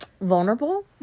vulnerable